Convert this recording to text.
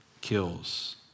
kills